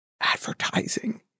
advertising